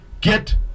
Get